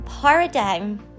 paradigm